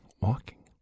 walking